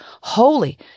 holy